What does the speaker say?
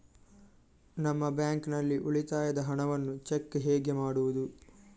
ನಮ್ಮ ಬ್ಯಾಂಕ್ ನಲ್ಲಿ ಉಳಿತಾಯದ ಹಣವನ್ನು ಚೆಕ್ ಹೇಗೆ ಮಾಡುವುದು?